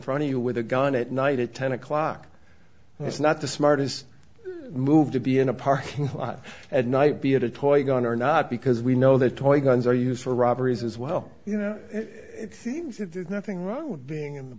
front of you with a gun at night at ten o'clock it's not the smartest move to be in a parking lot at night be it a toy gun or not because we know that toy guns are used for robberies as well you know things that there's nothing wrong with being in the